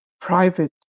private